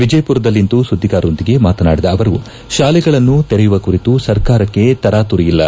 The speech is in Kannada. ವಿಜಯಪುರದಲ್ಲಿಂದು ಸುದ್ಲಿಗಾರರೊಂದಿಗೆ ಮಾತನಾಡಿದ ಅವರು ಶಾಲೆಗಳನ್ನು ತೆರೆಯುವ ಕುರಿತು ಸರ್ಕಾರಕ್ಷೆ ತರಾತುರಿಯಿಲ್ಲ